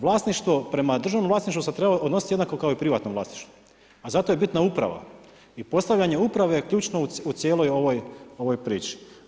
Vlasništvo prema državnom vlasništvu se treba odnositi jednako kao i privatnom vlasništvu, a zato je bitna uprava i postavljanje uprave je ključno u cijeloj ovoj priči.